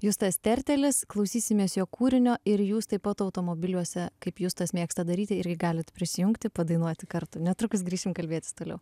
justas tertelis klausysimės jo kūrinio ir jūs taip pat automobiliuose kaip justas mėgsta daryti irgi galit prisijungti padainuoti kartu netrukus grįšim kalbėtis toliau